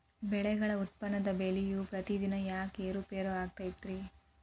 ಬೆಳೆಗಳ ಉತ್ಪನ್ನದ ಬೆಲೆಯು ಪ್ರತಿದಿನ ಯಾಕ ಏರು ಪೇರು ಆಗುತ್ತೈತರೇ?